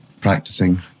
practicing